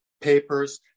papers